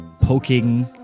poking